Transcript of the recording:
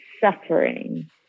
suffering